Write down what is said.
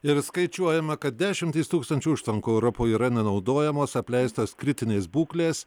ir skaičiuojama kad dešimtys tūkstančių užtvankų europoje yra nenaudojamos apleistos kritinės būklės